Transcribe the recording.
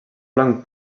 blanc